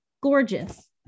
gorgeous